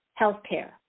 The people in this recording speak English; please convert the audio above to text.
healthcare